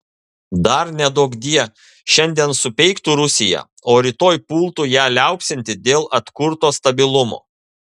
dar neduokdie šiandien supeiktų rusiją o rytoj pultų ją liaupsinti dėl atkurto stabilumo